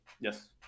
Yes